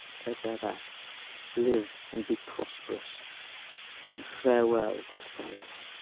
take thou that live, and be prosperous and farewell, good fellow.